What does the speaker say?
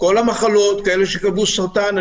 כל המחלות וגם כאלה שיקבלו סרטן.